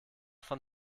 von